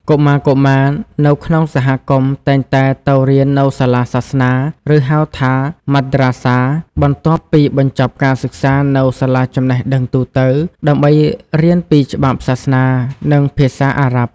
កុមារៗនៅក្នុងសហគមន៍តែងតែទៅរៀននៅសាលាសាសនា ឬ ហៅថា Madrasa បន្ទាប់ពីបញ្ចប់ការសិក្សានៅសាលាចំណេះដឹងទូទៅ ដើម្បីរៀនពីច្បាប់សាសនា និងភាសាអារ៉ាប់។